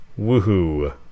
Woohoo